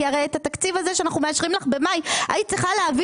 כי הרי את התקציב הזה שאנחנו מאשרים לך במאי היית צריכה להביא